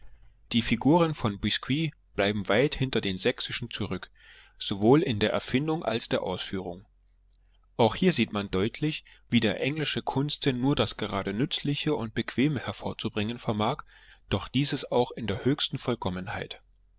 die figuren von biskuit bleiben weit hinter den sächsischen zurück sowohl in der erfindung als der ausführung auch hier sieht man deutlich wie der englische kunstsinn nur das gerade nützliche und bequeme hervorzubringen vermag doch dieses auch in der höchsten vollkommenheit